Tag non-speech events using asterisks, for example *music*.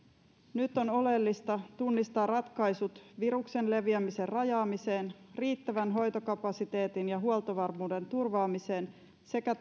nyt on oleellista tunnistaa ratkaisut viruksen leviämisen rajaamiseen riittävän hoitokapasiteetin ja huoltovarmuuden turvaamiseen sekä *unintelligible*